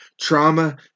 Trauma